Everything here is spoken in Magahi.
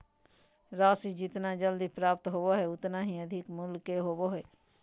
राशि जितना जल्दी प्राप्त होबो हइ उतना ही अधिक मूल्य के होबो हइ